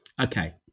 Okay